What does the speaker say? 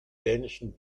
dänischen